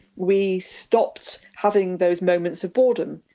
we stopped having those moments of boredom.